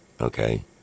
Okay